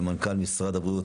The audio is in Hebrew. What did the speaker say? ומנכ"ל משרד הבריאות